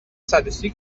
صدوسی